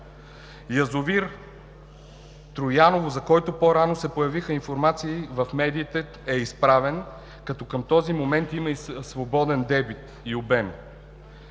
Язовир „Трояново“, за който по-рано се появиха информации в медиите, е изправен, като към този момент има и свободен дебит и обем.